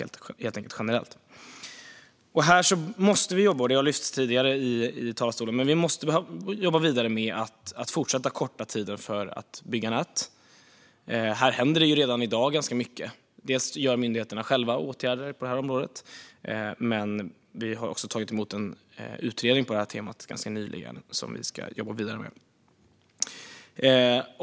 Det har lyfts upp tidigare här i talarstolen att vi måste jobba vidare med att korta tiden för att bygga nät. Redan i dag händer ganska mycket på området. Myndigheterna själva vidtar åtgärder. Och vi har ganska nyligen tagit emot en utredning på området som vi ska jobba vidare med.